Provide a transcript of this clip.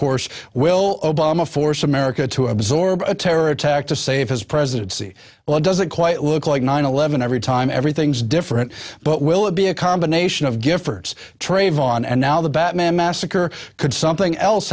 course will obama force america to absorb a terror attack to save his presidency well it doesn't quite look like nine eleven every time everything's different but will it be a combination of giffords trayvon and now the batman massacre could something else